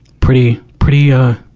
pretty, pretty, ah,